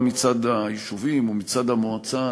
גם מצד היישובים גם מצד המועצה,